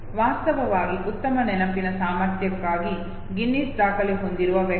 ವಾಸ್ತವವಾಗಿ ಉತ್ತಮ ನೆನಪಿನ ಸಾಮರ್ಥ್ಯಕ್ಕಾಗಿ ಗಿನ್ನಿಸ್ ದಾಖಲೆ ಹೊಂದಿರುವ ವ್ಯಕ್ತಿ